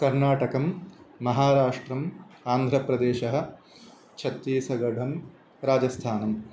कर्नाटकं महाराष्ट्रम् आन्ध्रप्रदेशः छत्तीसगढ् राजस्थान्